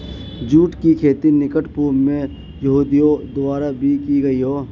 जुट की खेती निकट पूर्व में यहूदियों द्वारा भी की गई हो